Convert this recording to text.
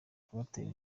kubatera